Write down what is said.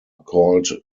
called